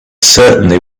certainly